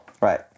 Right